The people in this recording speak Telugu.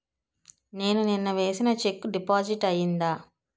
నేను నిన్న వేసిన చెక్ డిపాజిట్ అయిందా?